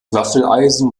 waffeleisen